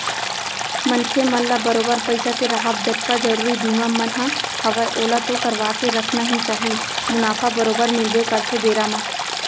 मनखे मन ल बरोबर पइसा के राहब जतका जरुरी बीमा मन ह हवय ओला तो करवाके रखना ही चाही मुनाफा बरोबर मिलबे करथे बेरा म